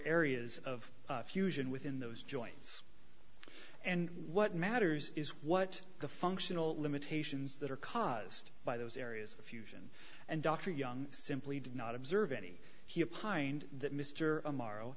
areas of fusion within those joints and what matters is what the functional limitations that are caused by those areas of fusion and dr young simply did not observe any he pined that mr morrow